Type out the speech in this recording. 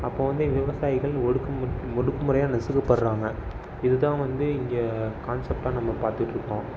அப்போ வந்து விவசாயிகள் ஒடுக்கு ஒடுக்கு முறையாக நசுக்கபடுகிறாங்க இது தான் வந்து இங்கே கான்செப்டாக நம்ம பார்த்துட்ருக்குறோம்